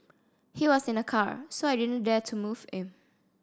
he was in a car so I didn't dare to move him